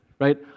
Right